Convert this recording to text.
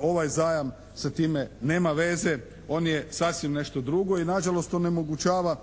ovaj zajam sa time nema veze, on je sasvim nešto drugo i nažalost onemogućava